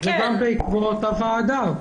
וגם בעקבות הוועדה.